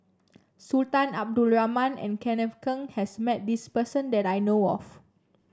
Sultan Abdul Rahman and Kenneth Keng has met this person that I know of